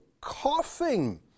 coughing